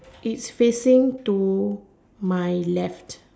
it's facing to my left